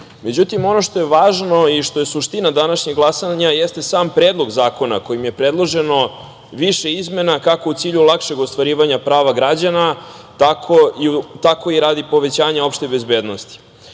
podržati.Međutim, ono što je važno i što je suština današnjeg glasanja jeste sam predlog zakona kojim je predloženo više izmena kako u cilju lakšeg ostvarivanja prava građana, tako i radi povećanja opšte bezbednosti. Prilikom